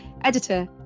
Editor